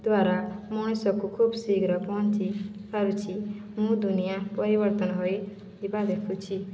ଦ୍ୱାରା ମଣିଷକୁ ଖୁବ ଶୀଘ୍ର ପହଁଞ୍ଚି ପାରୁଛି ମୁଁ ଦୁନିଆଁ ପରିବର୍ତ୍ତନ ହୋଇଥିବା ଦେଖୁଛି